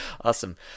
Awesome